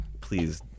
please